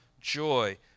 joy